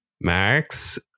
Max